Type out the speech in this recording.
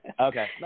Okay